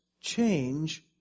change